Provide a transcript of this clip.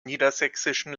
niedersächsischen